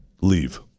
leave